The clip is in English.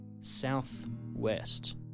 southwest